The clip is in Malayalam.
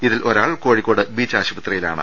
ഇതിൽ ഒരാൾ കോഴിക്കോട് ബീച്ച് ആശുപത്രിയിലാണ്